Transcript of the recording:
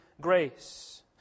grace